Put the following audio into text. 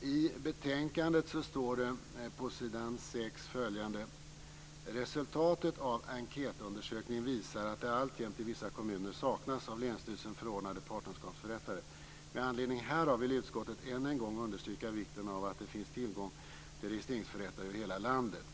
I betänkandet står det nämligen följande på s. 6: "Resultatet av enkätundersökningen visar att det alltjämt i vissa kommuner saknas av länsstyrelsen förordnade partnerskapsförrättare. Med anledning härav vill utskottet än en gång understryka vikten av att det finns tillgång till registreringsförrättare över hela landet.